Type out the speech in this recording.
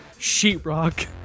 sheetrock